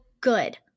good